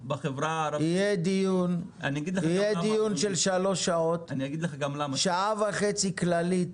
יהיה דיון של שלוש שעות שעה וחצי כללית,